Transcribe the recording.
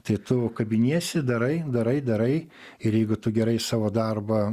tai tu kabiniesi darai darai darai ir jeigu tu gerai savo darbą